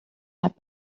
have